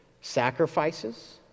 sacrifices